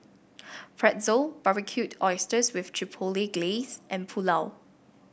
Pretzel Barbecued Oysters with Chipotle Glaze and Pulao